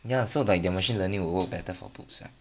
ya so the like machine learning would work better for boobs right